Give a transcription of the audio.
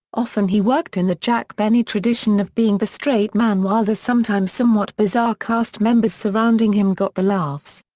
often he worked in the jack benny tradition of being the straight man while the sometimes somewhat bizarre cast members surrounding him got the laughs.